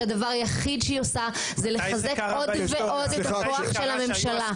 שהדבר היחיד שהיא עושה זה לחזק עוד ועוד את הכוח של הממשלה.